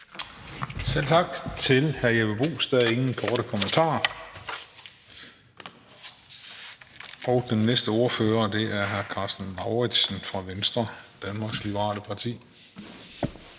Selv tak til hr. Jeppe Bruus. Der er ingen korte bemærkninger. Den næste ordfører er hr. Karsten Lauritzen fra Venstre, Danmarks Liberale Parti,